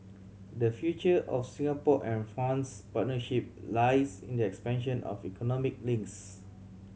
the future of Singapore and France partnership lies in the expansion of economic links